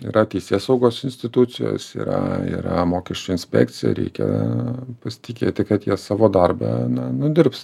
yra teisėsaugos institucijos yra yra mokesčių inspekcija reikia pasitikėti kad jie savo darbą na nudirbs